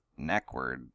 neckward